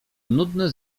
nudny